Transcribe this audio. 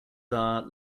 are